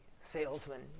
salesman